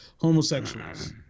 homosexuals